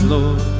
Lord